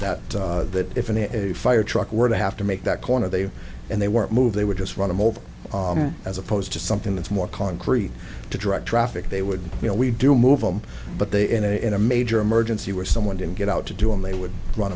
that that that if a fire truck were to have to make that corner they and they were move they would just run him over as opposed to something that's more concrete to direct traffic they would you know we do move them but they in a in a major emergency where someone didn't get out to do and they would run